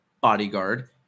bodyguard